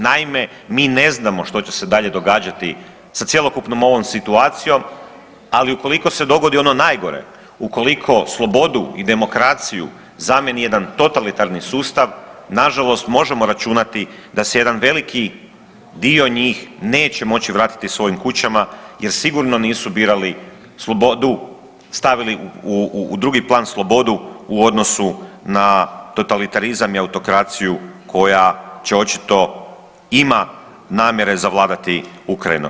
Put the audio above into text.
Naime, mi ne znamo što će se dalje događati sa cjelokupnom ovom situacijom, ali ukoliko se dogodi ono najgore, ukoliko slobodu i demokraciju zamjeni jedan totalitarni sustav nažalost možemo računati da se jedan veliki dio njih neće moći vratiti svojim kućama jer sigurno nisu birali slobodu stavili u drugi plan slobodu u odnosu na totalitarizam i autokraciju koja će očito ima namjere zavladati Ukrajinom.